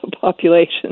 population